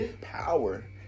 power